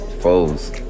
Foes